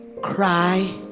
cry